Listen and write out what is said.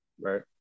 Right